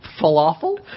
falafel